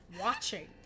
Watching